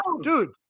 dude